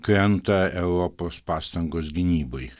krenta europos pastangos gynybai